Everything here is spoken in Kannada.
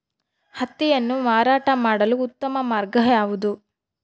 ಹತ್ತಿಯನ್ನು ಮಾರಾಟ ಮಾಡಲು ಉತ್ತಮ ಮಾರ್ಗ ಯಾವುದು?